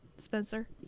Spencer